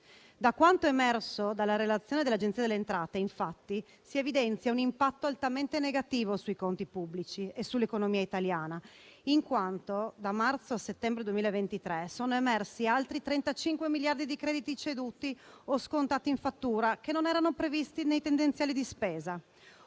Da quanto emerso dalla relazione dell'Agenzia delle entrate, infatti, si evidenzia un impatto altamente negativo sui conti pubblici e sull'economia italiana, in quanto da marzo a settembre 2023 sono emersi altri 35 miliardi di crediti ceduti o scontati in fattura, che non erano previsti nei tendenziali di spesa.